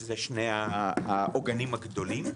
שזה שני העוגנים הגדולים.